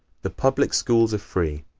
the public schools are free,